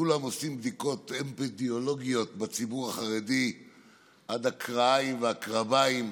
כולם עושים בדיקות אפידמיולוגיות בציבור החרדי עד הכרעיים והקרביים.